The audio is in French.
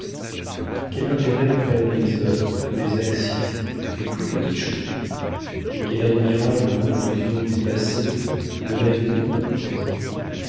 quel intérêt prennent les heures les actions les plus petites choses et quelle admirable confusion du passé de l'avenir dans le présent